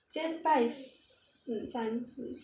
今天拜四三四